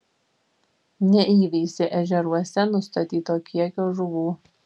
neįveisė ežeruose nustatyto kiekio žuvų